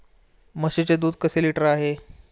म्हशीचे दूध कसे लिटर आहे?